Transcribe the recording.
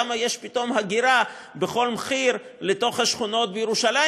למה יש פתאום הגירה בכל מחיר לתוך השכונות בירושלים